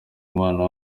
umwana